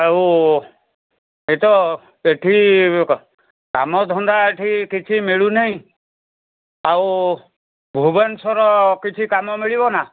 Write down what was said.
ଆଉ ଏ ତ ଏଠି ଏ କଣ କାମଧନ୍ଦା ଏଠି କିଛି ମିଳୁନାହିଁ ଆଉ ଭୁବେନେଶ୍ୱର କିଛି କାମ ମିଳିବନା